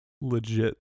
legit